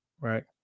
right